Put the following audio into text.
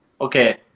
okay